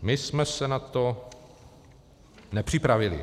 My jsme se na to nepřipravili.